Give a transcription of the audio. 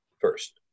first